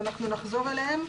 אנחנו נחזור אליהן.